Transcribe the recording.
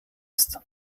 ist